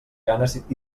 ganes